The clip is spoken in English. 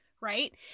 right